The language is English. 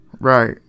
Right